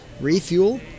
refuel